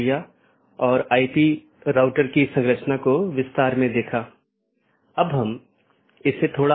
BGP या border gateway protocol बाहरी routing protocol है जो ऑटॉनमस सिस्टमों के पार पैकेट को सही तरीके से रूट करने में मदद करता है